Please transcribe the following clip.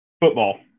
football